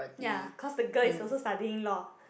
ya cause the girl is also studying law